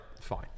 fine